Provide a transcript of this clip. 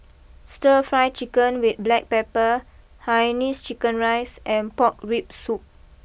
Stir Fry Chicken with Black Pepper Hainanese Chicken Rice and Pork Rib Soup